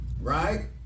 right